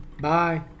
Bye